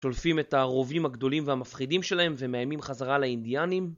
שולפים את הרובים הגדולים והמפחידים שלהם ומאיימים חזרה על האינדיאנים